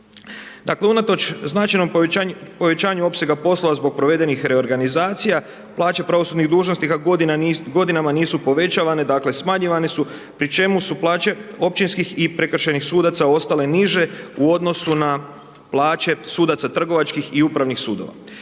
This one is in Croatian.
Dakle unatoč značajnom povećanju opsega posla zbog provedenih reorganizacija plaće pravosudnih dužnosnika godinama nisu povećavane, dakle smanjivane su, pri čemu su plaće općinskih i prekršajnih sudaca ostale niže u odnosu na plaće sudaca trgovačkih i upravnih sudova.